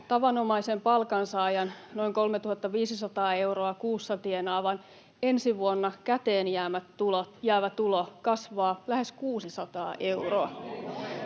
tavanomaisen palkansaajan, noin 3 500 euroa kuussa tienaavan, ensi vuonna käteen jäävä tulo kasvaa lähes 600 euroa.